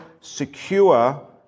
secure